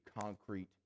concrete